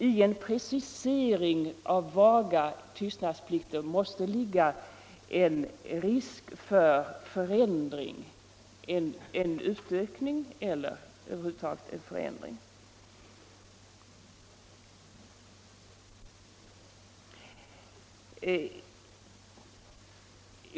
I en precisering av vaga tystnadsplikter måste ligga en risk för en utökning eller över huvud taget en förändring av dessa.